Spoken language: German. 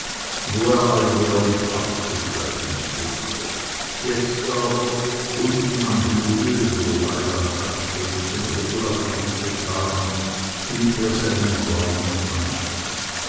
wo er alljährlich abzusteigen pflegte jetzt aber unten am hügel wo weiland st felix und regula geblutet haben hielt er seinen braunen an